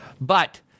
But-